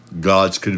God's